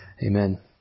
Amen